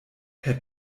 herr